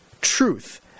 truth